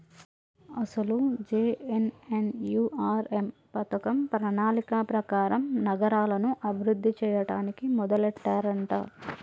అసలు జె.ఎన్.ఎన్.యు.ఆర్.ఎం పథకం ప్రణాళిక ప్రకారం నగరాలను అభివృద్ధి చేయడానికి మొదలెట్టారంట